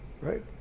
Right